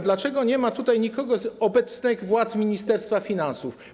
Dlaczego nie ma tutaj nikogo z obecnych władz Ministerstwa Finansów?